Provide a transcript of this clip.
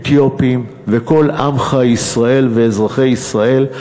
אתיופים וכל עמך ישראל ואזרחי ישראל.